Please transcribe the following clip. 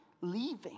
leaving